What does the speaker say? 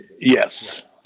Yes